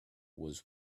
was